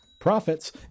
profits